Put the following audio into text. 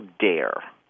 dare